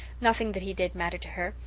nothing that he did mattered to her.